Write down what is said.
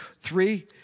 three